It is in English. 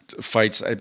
fights